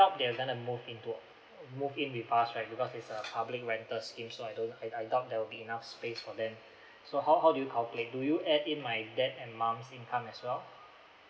doubt they're gonna move into move in with us right because it's a public rental scheme so I don't I I doubt there'll be enough space for them so how how do you calculate do you add in my dad and mum's income as well